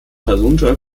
herunter